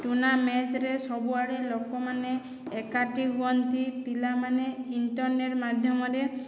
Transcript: ଟୁର୍ନାମେଣ୍ଟ୍ରେ ସବୁଆଡେ ଲୋକମାନେ ଏକାଠି ହୁଅନ୍ତି ପିଲାମାନେ ଇଣ୍ଟର୍ନେଟ୍ ମାଧ୍ୟମରେ